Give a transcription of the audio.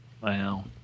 Wow